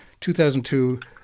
2002